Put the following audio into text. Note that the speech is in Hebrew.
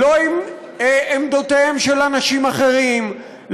לא עם עמדותיהם של אנשים אחרים,